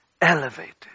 Elevated